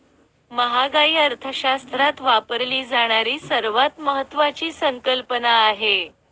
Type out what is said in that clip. महागाई अर्थशास्त्रात वापरली जाणारी सर्वात महत्वाची संकल्पना आहे